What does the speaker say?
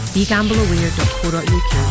BeGambleAware.co.uk